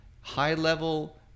high-level